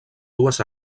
dues